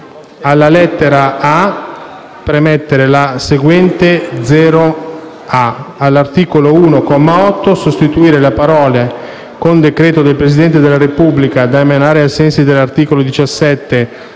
alla lettera *a*) premettere la seguente: "*0a*) *all'articolo 1, comma 8, sostituire le parole*: «Con decreto del Presidente della Repubblica da emanare ai sensi dell'articolo 17,